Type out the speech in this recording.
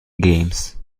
games